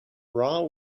raw